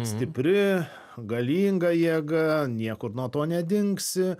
stipri galinga jėga niekur nuo to nedingsi